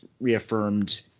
reaffirmed